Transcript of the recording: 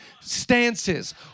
stances